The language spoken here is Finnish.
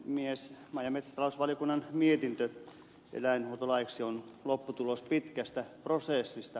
maa ja metsätalousvaliokunnan mietintö eläinhuoltolaiksi on lopputulos pitkästä prosessista